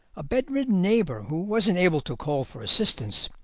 a bedridden neighbour, who wasn't able to call for assistance,